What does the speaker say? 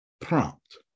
Prompt